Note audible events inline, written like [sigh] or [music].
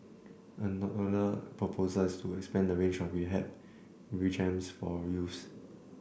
[unintelligible] another proposal is to expand the range of rehabilitation regimes for youths